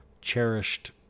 cherished